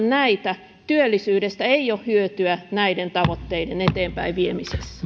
näitä työllisyydestä ei ole hyötyä näiden tavoitteiden eteenpäinviemisessä